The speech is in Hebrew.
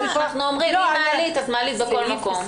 אנחנו אומרים: אם מעלית, אז מעלית בכל מקום.